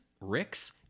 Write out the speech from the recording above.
Rick's